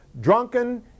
drunken